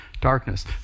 darkness